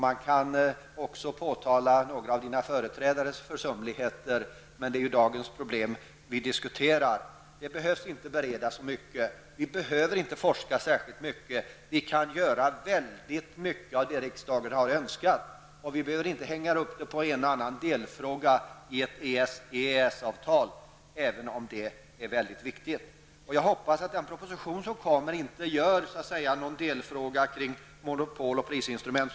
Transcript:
Man kan också påtala några av Bengt Lindqvists företrädares försumligheter, men det är ju dagens problem vi diskuterar. Det behövs inte beredas mycket och inte forskas särskilt mycket. Vi kan ändå göra mycket av det riksdagen har önskat. Vi behöver inte hänga upp oss på en eller annan delfråga i ett EES-avtal, även om ett sådant avtal är mycket viktigt. Jag hoppas att den proposition som kommer inte gör en delfråga av monopol och prisinstrument.